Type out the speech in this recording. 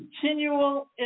Continual